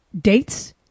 dates